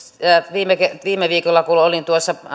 viime viime viikolla olin